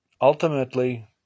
ultimately